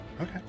Okay